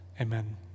amen